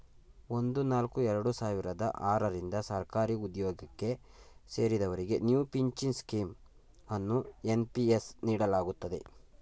ಒಂದು ನಾಲ್ಕು ಎರಡು ಸಾವಿರದ ಆರ ರಿಂದ ಸರ್ಕಾರಿಉದ್ಯೋಗಕ್ಕೆ ಸೇರಿದವರಿಗೆ ನ್ಯೂ ಪಿಂಚನ್ ಸ್ಕೀಂ ಅನ್ನು ಎನ್.ಪಿ.ಎಸ್ ನೀಡಲಾಗುತ್ತದೆ